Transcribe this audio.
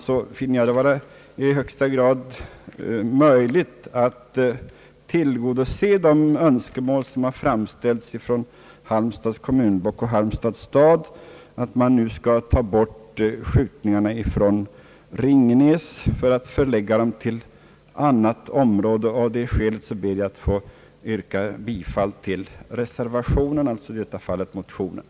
Jag finner det vara i högsta grad möjligt att tillgodose de önskemål som har framställts från Halmstads kommunblock och Halmstads stad om, att man nu skall ta bort skjutövningarna från Ringenäs och förlägga dem till annat område. Av det skälet ber jag att få yrka bifall till reservationen, alltså i detta fall motionerna.